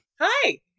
Hi